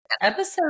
episode